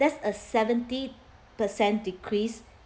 there's a seventy percent decrease